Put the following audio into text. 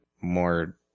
more